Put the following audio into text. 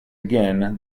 again